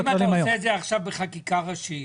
אם אתה עושה את זה עכשיו בחקיקה ראשית